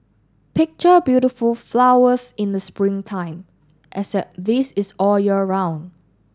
picture beautiful flowers in the spring time except this is all year round